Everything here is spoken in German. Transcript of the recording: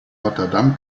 rotterdam